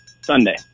Sunday